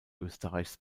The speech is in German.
österreichs